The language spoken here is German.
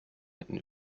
hätten